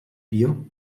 bier